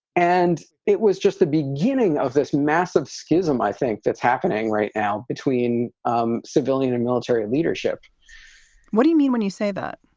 and it was just the beginning of this massive scism. i think that's happening right now between um civilian and military leadership what do you mean when you say that?